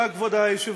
תודה, כבוד היושב-ראש.